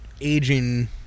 aging